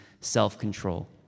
self-control